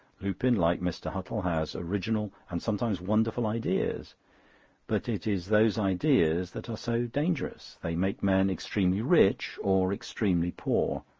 lupin, like mr. huttle, has original and sometimes wonderful ideas but it is those ideas that are so dangerous. they make men extremely rich or extremely poor.